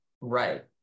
right